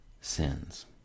sins